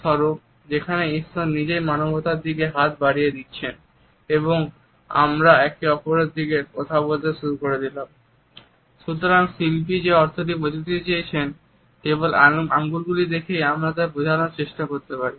সুতরাং শিল্পী যে অর্থটি বোঝাতে চেয়েছেন কেবল আঙ্গুলগুলি দেখেই আমরা তা বোঝার চেষ্টা করতে পারি